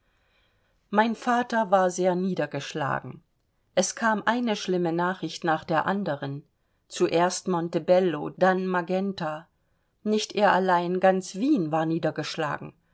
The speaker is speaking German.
mein vater war sehr niedergeschlagen es kam eine schlimme nachricht nach der anderen zuerst montebello dann magenta nicht er allein ganz wien war niedergeschlagen